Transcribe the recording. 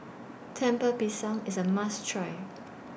Lemper Pisang IS A must Try